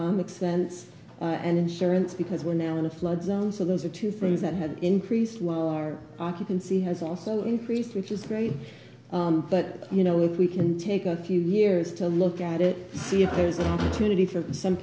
expense and insurance because we're now in a flood zone so those are two things that had increased while our occupancy has also increased which is great but you know if we can take a few years to look at it see if there is an opportunity for some